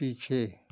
पीछे